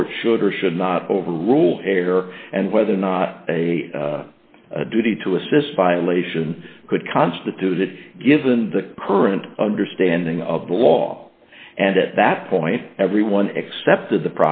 court should or should not overrule hair and whether or not a duty to assist violation could constitute it given the current understanding of the law and at that point everyone accepted the